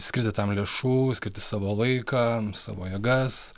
skirti tam lėšų skirti savo laiką savo jėgas